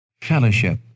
fellowship